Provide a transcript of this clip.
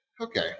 okay